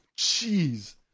jeez